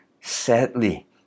Sadly